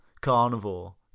carnivore